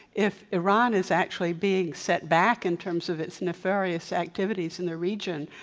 if iran is actually being set back in terms of its nefarious activities in the region,